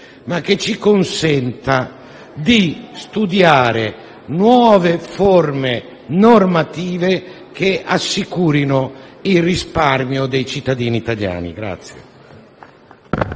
e ci consenta di studiare nuove forme normative, che assicurino il risparmio dei cittadini italiani.